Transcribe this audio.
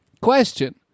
Question